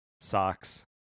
socks